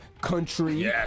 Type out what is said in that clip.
country